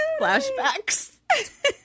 Flashbacks